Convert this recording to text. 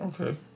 Okay